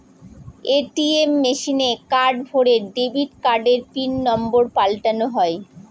ATM মেশিনে card ভোরে debit কার্ডের পিন নম্বর পাল্টানো যায়